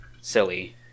silly